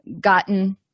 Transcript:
gotten